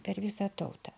per visą tautą